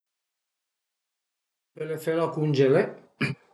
Pöle fela cungelé